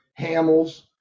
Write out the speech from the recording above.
Hamels